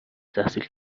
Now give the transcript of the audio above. تحصیل